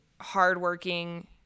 hardworking